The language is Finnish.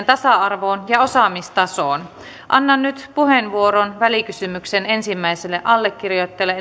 tasa arvoon ja osaamistasoon annan nyt puheenvuoron välikysymyksen ensimmäiselle allekirjoittajalle